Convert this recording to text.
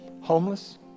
homeless